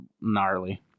gnarly